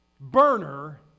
burner